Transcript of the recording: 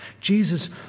Jesus